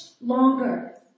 longer